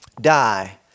die